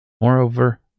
Moreover